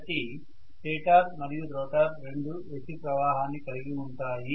కాబట్టి స్టేటర్ మరియు రోటర్ రెండూ AC ప్రవాహాన్ని కలిగి ఉంటాయి